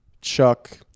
Chuck